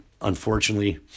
unfortunately